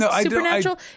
supernatural